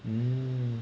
mm